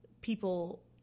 people